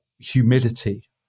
humidity